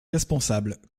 responsables